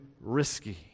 risky